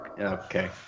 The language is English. okay